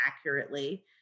accurately